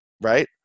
right